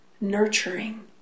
nurturing